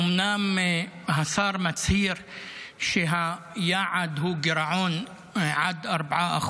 אומנם השר מצהיר שהיעד הוא גירעון של עד 4%,